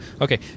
Okay